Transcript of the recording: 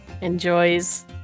enjoys